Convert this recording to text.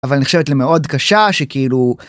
אבל נחשבת למאוד קשה שכאילו.